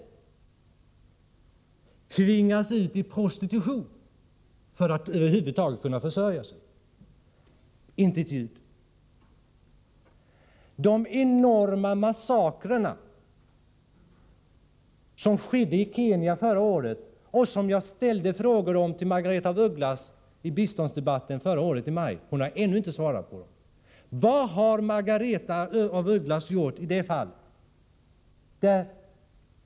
Många tvingas ut i prostitution för att över huvud taget kunna försörja sig. Man hör inte ett ljud om dem heller! Det skedde enorma massakrer i Kenya förra året, och jag ställde frågor om den saken till Margaretha af Ugglas i biståndsdebatten i maj förra året. Hon har ännu inte svarat på frågorna. Vad har Margaretha af Ugglas gjort i det fallet?